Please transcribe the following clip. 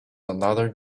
another